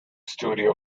studio